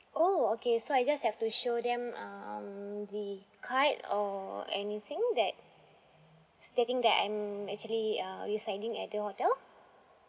oh okay so I just have to show them um the card or anything that stating that I'm actually uh residing at the hotel